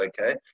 okay